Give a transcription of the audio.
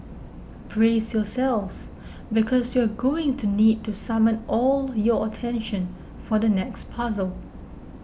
brace yourselves because you're going to need to summon all your attention for the next puzzle